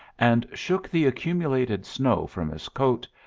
and shook the accumulated snow from his coat,